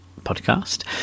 podcast